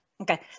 Okay